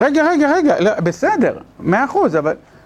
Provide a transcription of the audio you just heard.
רגע, רגע, רגע, בסדר, מאה אחוז, אבל...